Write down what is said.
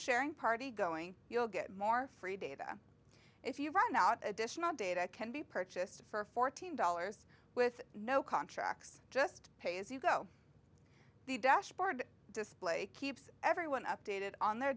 sharing party going you'll get more free data if you run out additional data can be purchased for fourteen dollars with no contracts just pay as you go the dashboard display keeps everyone updated on their